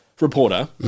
Reporter